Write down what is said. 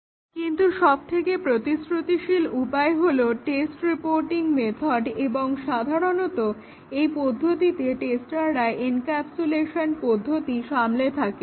Slide Time 2036 কিন্তু সবথেকে প্রতিশ্রুতিশীল উপায় হলো স্টেট রিপোর্টিং মেথড এবং সাধারণত এই পদ্ধতিতে টেস্টাররা এনক্যাপসুলেশন পদ্ধতি সামলে থাকে